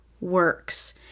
works